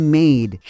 made